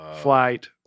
flight